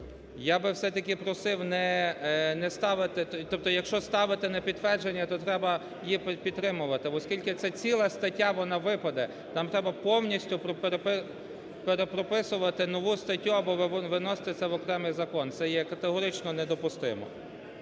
Я би все-таки просив не ставити… Тобто, якщо ставити на підтвердження, то треба її підтримувати, оскільки це ціла стаття, вона випаде, там треба повністю перепрописувати нову статтю або виносити це в окремий закон. Це є категорично недопустимо.